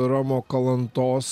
romo kalantos